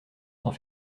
sans